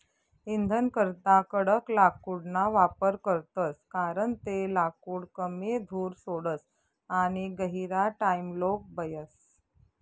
इंधनकरता कडक लाकूडना वापर करतस कारण ते लाकूड कमी धूर सोडस आणि गहिरा टाइमलोग बयस